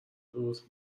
درست